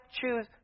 choose